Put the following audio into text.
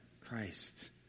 Christ